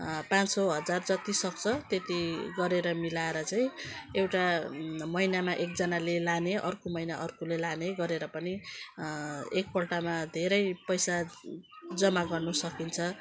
महिनाको पाँच सौ हजार जति सक्छ त्यति गरेर मिलाएर चाहिँ एउटा महिनामा एकजनाले लाने अर्को महिना अर्कोले लाने गरेर पनि एकपल्टमा धेरै पैसा जमा गर्नु सकिन्छ